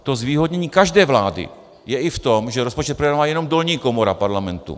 To zvýhodnění každé vlády je i v tom, že rozpočet projednává jenom dolní komora Parlamentu.